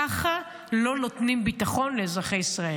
ככה לא נותנים ביטחון לאזרחי ישראל.